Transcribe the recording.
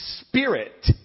spirit